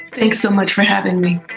thanks so much for having me